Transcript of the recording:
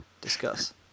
discuss